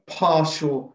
partial